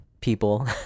people